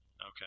Okay